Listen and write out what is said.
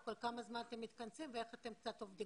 כל כמה זמן אתם מתכנסים ואיך אתם עובדים.